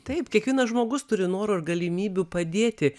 taip kiekvienas žmogus turi noro ir galimybių padėti